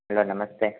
hello नमस्ते